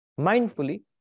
mindfully